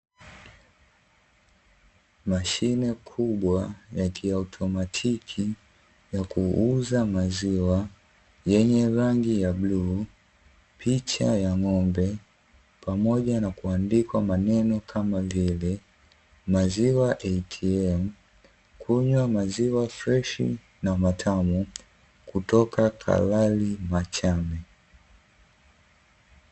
Mashine kubwa ya kiautomatiki ya kuuza maziwa yenye rangi ya bluu picha ya ng'ombe, pamoja na kuandika maneno kama vile maziwa "ATM" kunywa maziwa freshi na matamu kutoka kalari.